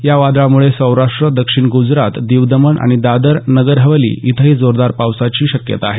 या वादळामुळे सौराष्ट्र दक्षिण गुजरात दीव दमण आणि दादरा नगर हवेली इथं जोरदार पावसाची शक्यता आहे